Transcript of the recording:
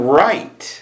right